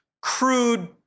crude